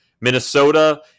Minnesota